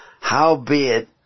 howbeit